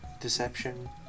deception